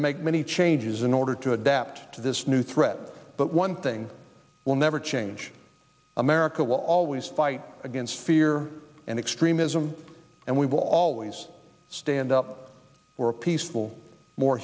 to make many changes in order to adapt to this new threat but one thing will never change america will always fight against fear and extremism and we will always stand up for a peaceful more